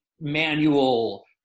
manual